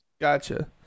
Gotcha